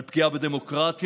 על פגיעה בדמוקרטיה?